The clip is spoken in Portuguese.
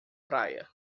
praia